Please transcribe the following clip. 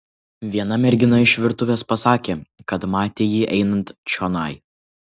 viena mergina iš virtuvės pasakė kad matė jį einant čionai